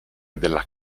della